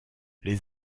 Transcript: les